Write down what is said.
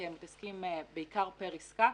כי הם מתעסקים בעיקר פר עסקה.